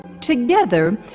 Together